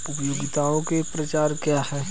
उपयोगिताओं के प्रकार क्या हैं?